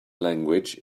language